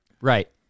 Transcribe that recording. Right